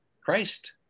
Christ